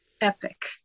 Epic